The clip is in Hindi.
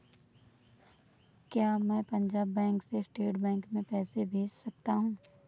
क्या मैं पंजाब बैंक से स्टेट बैंक में पैसे भेज सकता हूँ?